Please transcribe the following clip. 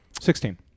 Sixteen